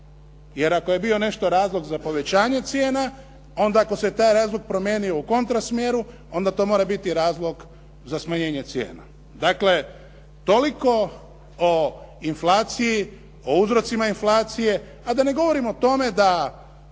Jer ako je nešto bio razlog za povećanje cijena, onda ako se taj razlog promijenio u kontrasmjeru onda to mora biti razlog za smanjenje cijena. Dakle, toliko o inflaciji, o uzrocima inflacije, a da ne govorim o tome da